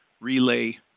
relay